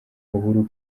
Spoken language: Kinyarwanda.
uhuru